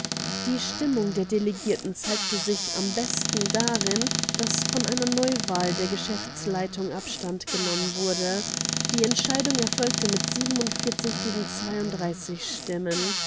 die stimmung der delegierten zeigte sich am besten darin daß von einer neuwahl der geschäftsleitung abstand genommen wurde die entscheidung erfolgte mit gegen stimmen